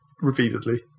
repeatedly